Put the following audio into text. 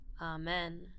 Amen